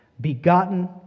begotten